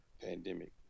pandemic